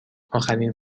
آخرین